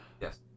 Yes